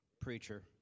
preacher